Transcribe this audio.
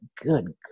good